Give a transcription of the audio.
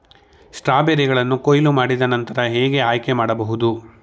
ಸ್ಟ್ರಾಬೆರಿಗಳನ್ನು ಕೊಯ್ಲು ಮಾಡಿದ ನಂತರ ಹೇಗೆ ಆಯ್ಕೆ ಮಾಡಬಹುದು?